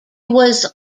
was